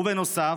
בנוסף,